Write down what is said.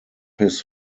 his